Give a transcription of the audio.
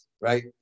right